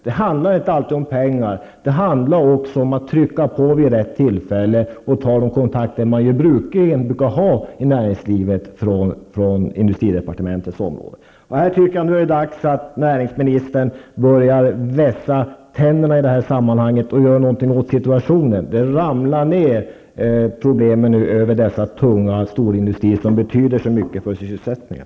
Det handlar inte alltid om pengar -- det handlar också om att trycka på vid rätt tillfälle och att ta de kontakter som man på industridepartementets område brukar ha i näringslivet. Nu är det dags att näringsministern börjar vässa tänderna och gör någonting åt situationen. Det ramlar ned problem över dessa stora, tunga industrier, som betyder så mycket för sysselsättningen.